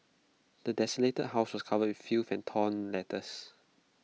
the desolated house was covered in filth and torn letters